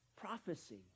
prophecy